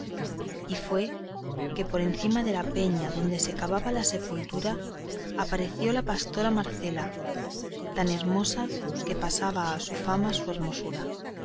y fue que por cima de la peña donde se cavaba la sepultura pareció la pastora marcela tan hermosa que pasaba a su fama su hermosura